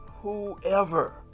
whoever